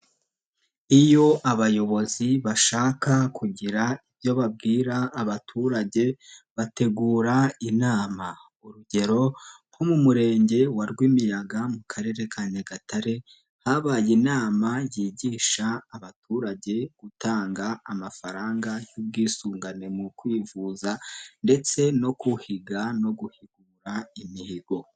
Iyo abayobozi bashaka kugira ibyo babwira abaturage bategura inama, urugero nko mu Murenge wa Rwimiyaga mu karere ka Nyagatare habaye inama yigisha abaturage gutanga amafaranga y'ubwisungane mu kwivuza ndetse no kuhiga no guhigura imihigo.